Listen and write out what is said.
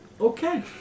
Okay